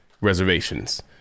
reservations